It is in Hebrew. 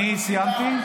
אני סיימתי,